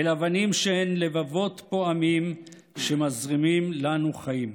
אל אבנים שהן לבבות פועמים שמזרימים לנו חיים.